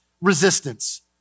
resistance